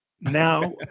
Now